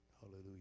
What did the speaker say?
Hallelujah